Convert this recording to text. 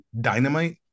Dynamite